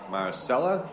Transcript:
Marcella